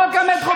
חוק המטרו,